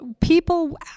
people